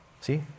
See